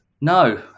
no